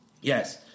Yes